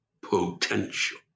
potential